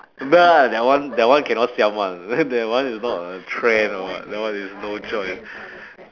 that one that one cannot siam [one] that one is not a trend or what that one is no choice